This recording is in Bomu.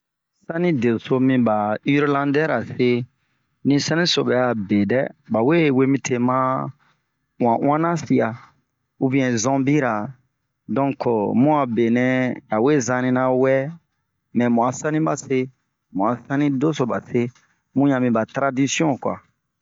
Sanidɛ so mii ba Irilandɛra se ,din saniso bɛ'a bedɛ, ba we mite ma uɔn-uɔn na sia ubɛn zombira ,donke bun a benɛɛ, awe zanina wɛ, mɛɛ mu'a sani ba se. Mu 'a sani deso ba se, bunɲa mi ba taradisiɔn kuwa.